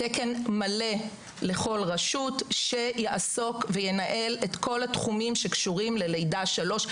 תקן מלא לכל רשות שיעסוק וינהל את כל התחומים שקשורים ללידה עד שלוש,